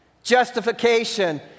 justification